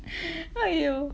!aiyo!